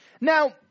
Now